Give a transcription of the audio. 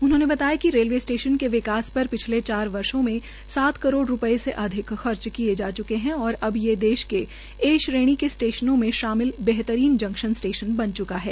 उन्होंने बंताया कि रेलवे स्टेशन के विकास पर पिछले चार वर्षो में सात करोड़ रूपये से अधिक खर्च किए जा चूके है और अब से देश के ए श्रेणी के स्टेशनों में शामिल बेहतरीन जकंशन स्टेशन बन चुका है